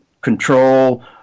control